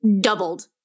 Doubled